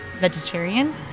vegetarian